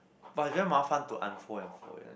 but is very mafan to unfold and fold eh